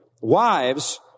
wives